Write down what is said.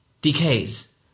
decays